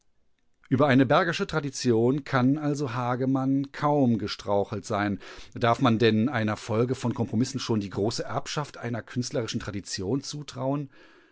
über eine bergersche tradition kann also hagemann kaum gestrauchelt sein darf man denn einer folge von kompromissen schon die große erbschaft einer künstlerischen tradition zutrauen